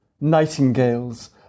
nightingales